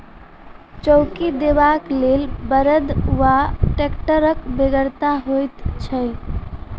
चौकी देबाक लेल बड़द वा टेक्टरक बेगरता होइत छै